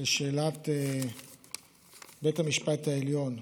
בשאלת בית המשפט העליון,